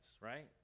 right